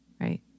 right